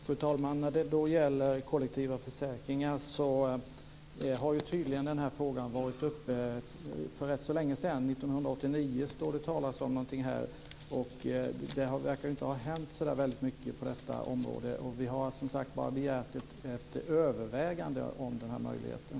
Fru talman! Frågan om kollektiva försäkringar har tydligen varit uppe till behandling för rätt länge sedan, år 1989. Det verkar inte ha hänt så mycket på detta område, och vi har begärt ett övervägande av den här möjligheten.